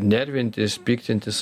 nervintis piktintis